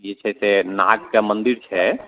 जे छै से नागके मन्दिर छै